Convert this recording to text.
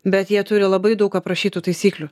bet jie turi labai daug aprašytų taisyklių